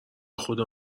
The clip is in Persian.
خدا